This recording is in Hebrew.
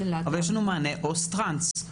אבל יש לנו מענה עו"ס טרנס.